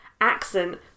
accent